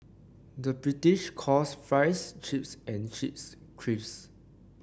the British calls fries chips and chips